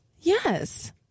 yes